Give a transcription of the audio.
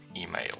email